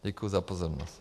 Děkuji za pozornost.